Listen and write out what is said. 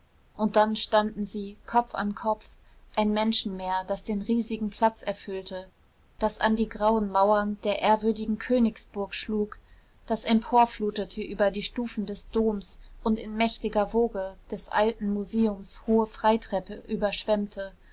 und dann standen sie kopf an kopf ein menschenmeer das den riesigen platz erfüllte das an die grauen mauern der ehrwürdigen königsburg schlug das emporflutete über die stufen des doms und in mächtiger woge des alten museums hohe freitreppe überschwemmte